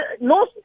No